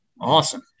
Awesome